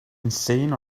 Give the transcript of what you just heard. insane